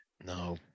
no